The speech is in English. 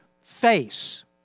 face